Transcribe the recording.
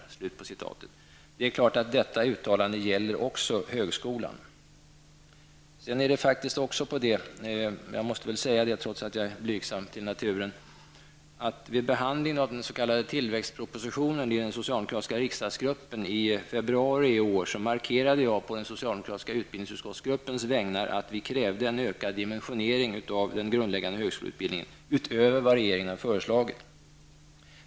Det är klart att detta uttalande gäller också högskolan. Vidare måste jag väl säga, trots att jag är blygsam till naturen, att vid behandlingen i den socialdemokratiska riksdagsgruppen av den s.k. tillväxtpropositionen i februari i år markerade jag å utbildningsutskottets vägnar att vi krävde en ökad dimensionering av den grundläggande högskoleutbildningen utöver vad regeringen har föreslagit.